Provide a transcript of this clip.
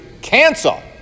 cancel